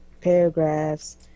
paragraphs